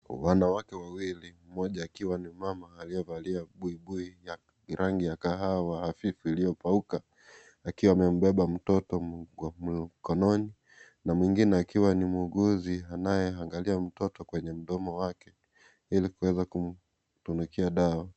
Wanawake wawili mmoja akiwa ni mama aliyevalia buibui ya rangi ya kahawa hafifu iliyokauka akiwa amebeba mtoto mkononi na mwingine akiwa ni muuguzi anayeangalia mtoto kwenye mdomo wake ilikuweza kumdunikia dawa.